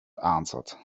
answered